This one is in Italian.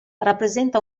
rappresenta